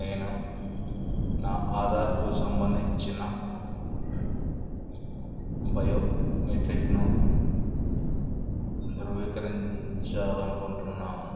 నేను నా ఆధార్కు సంబంధించిన బయోమెట్రిక్ను ధృవీకరించ్చాలనుకుంటున్నాను